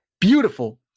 Beautiful